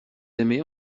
aimez